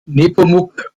nepomuk